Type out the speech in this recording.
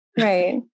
Right